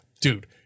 dude